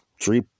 three